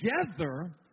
Together